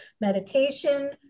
meditation